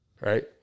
right